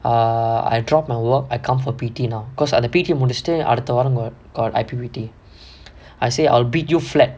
err I drop my work I come for P_T now because அந்த:antha P_T முடிச்சுட்டு அடுத்த வாரம் இங்க:mudichuttu adutha vaaram inga I got I_P_P_T I said I'll beat you flat